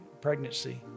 pregnancy